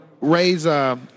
raise –